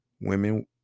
Women